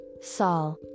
Saul